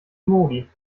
modi